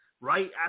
right